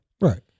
right